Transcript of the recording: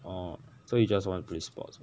oh so you just wanna play sports